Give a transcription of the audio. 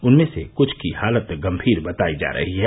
उनमें से कुछ की हालत गंभीर बताई जा रही है